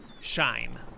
Shine